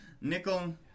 Nickel